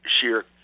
sheer